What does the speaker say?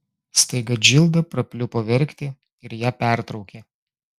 staiga džilda prapliupo verkti ir ją pertraukė